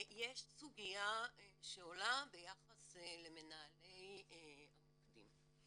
יש סוגיה שעולה ביחס למנהלי המוקדים.